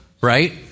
right